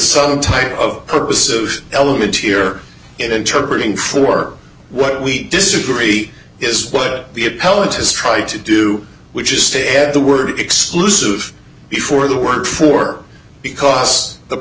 some type of purpose of element here inter breeding for what we disagree is what the appellant has tried to do which is to add the word exclusive before the word for because the